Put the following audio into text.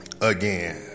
again